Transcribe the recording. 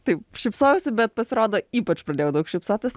taip šypsojausi bet pasirodo ypač pradėjau daug šypsotis